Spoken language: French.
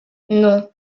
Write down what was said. non